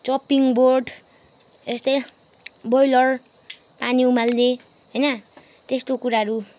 chopping board यस्तै boiler पानी उमाल्ने होइन त्यस्तो कुराहरू